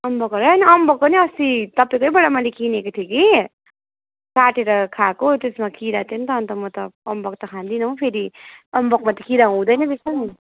अम्बकहरू होइन अम्बक पनि अस्ति तपाईँकैबाट मैले किनेको थिएँ कि काटेर खाएको त्यसमा किरा थियो नि त अनि त म त अम्बक त खाँदिन हो फेरि अम्बकमा त किरा हुँदैन रहेछ नि